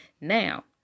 now